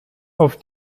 auf